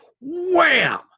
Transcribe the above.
wham